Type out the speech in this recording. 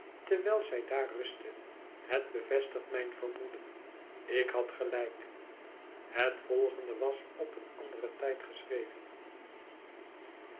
terwijl zij daar rustte het bevestigt mijn vermoeden ik had gelijk het volgende was op een anderen tijd geschreven